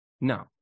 No